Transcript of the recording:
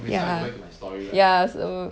ya ya so